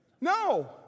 No